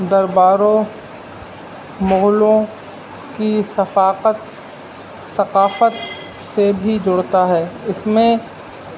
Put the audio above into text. درباروں مغلوں کی ثقاقت ثقافت سے بھی جڑتا ہے اس میں